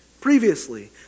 Previously